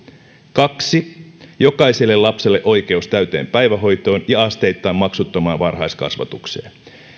kaksi jokaiselle lapselle oikeus täyteen päivähoitoon ja asteittain maksuttomaan varhaiskasvatukseen